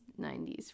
90s